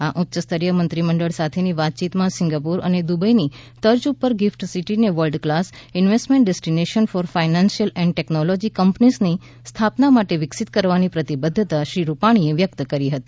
આ ઉચ્ચસ્તરીય પ્રતિનિધિમંડળ સાથેની વાતચીતમાં સિંગાપોર અને દુબઇની તર્જ પર ગિફટ સિટીને world class investment destination for financial and technology કંપનીઝની સ્થાપના માટે વિકસીત કરવાની પ્રતિબદ્ધતા શ્રી રૂપાણીએ વ્યકત કરી હતી